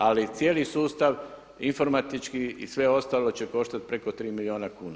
Ali cijeli sustav informatički i sve ostalo će koštati preko 3 milijuna kuna.